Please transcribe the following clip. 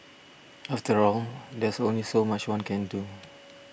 after all there's only so much one can do